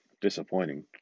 disappointing